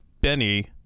Benny